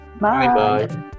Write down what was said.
Bye